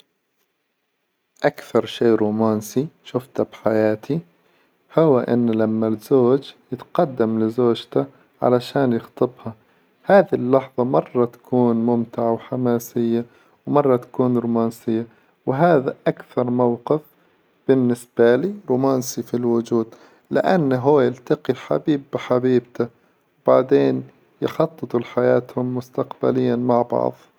أكثر شي رومانسي شفته بحياتي هو إن لما الزوج يتقدم لزوجته علشان يخطبها هذي اللحظة مرة تكون ممتعة وحماسية ومرة تكون رومانسية، وهذا أكثر موقف بالنسبة لي رومانسي في الوجود، لأنه هو يلتقي الحبيب بحبيبته وبعدين يخططوا لحياتهم مستقبليا مع بعظ.